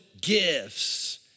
gifts